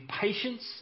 patience